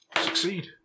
Succeed